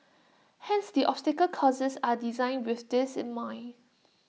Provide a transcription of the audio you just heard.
hence the obstacle courses are designed with this in mind